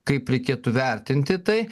kaip reikėtų vertinti tai